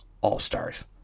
All-Stars